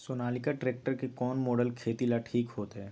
Sonalika tractor के कौन model खेती ला ठीक होतै?